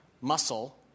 muscle